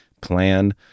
plan